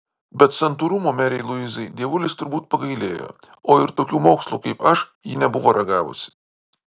bet santūrumo merei luizai dievulis turbūt pagailėjo o ir tokių mokslų kaip aš ji nebuvo ragavusi